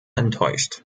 enttäuscht